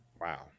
Wow